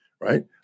right